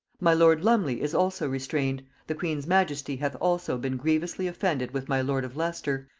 my lord lumley is also restrained the queen's majesty hath also been grievously offended with my lord of leicester